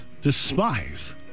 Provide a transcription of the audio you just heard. despise